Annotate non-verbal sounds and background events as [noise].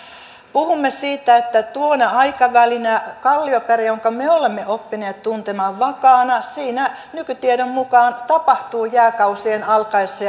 puhumme siitä että tuona aikavälinä kallioperässä jonka me me olemme oppineet tuntemaan vakaana tapahtuu nykytiedon mukaan jääkausien alkaessa [unintelligible]